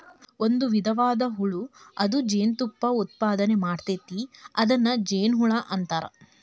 ಒಂದು ವಿಧದ ಹುಳು ಅದ ಜೇನತುಪ್ಪಾ ಉತ್ಪಾದನೆ ಮಾಡ್ತತಿ ಅದನ್ನ ಜೇನುಹುಳಾ ಅಂತಾರ